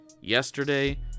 yesterday